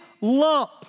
lump